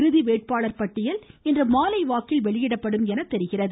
இறுதி வேட்பாளர் பட்டியல் இன்றுமாலை வெளியிடப்படும் என தெரிகிறது